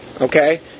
Okay